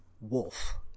wolf